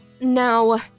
now